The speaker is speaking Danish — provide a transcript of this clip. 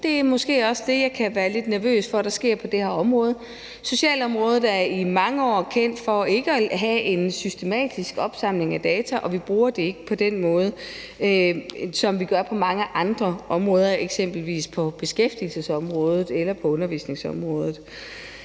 det er måske også det, jeg kan være lidt nervøs for der sker på det her område. Socialområdet er i mange år blevet kendt for ikke at have en systematisk opsamling af data, og vi bruger det ikke på den måde, som vi gør på mange andre områder, f.eks. beskæftigelses- eller undervisningsområdet,